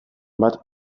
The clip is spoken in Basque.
bat